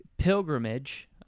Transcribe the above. Pilgrimage